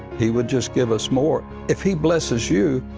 he would just give us more. if he blesses you,